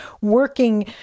working